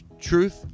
truth